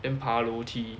then 爬楼梯